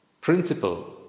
principle